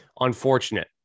Unfortunate